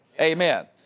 Amen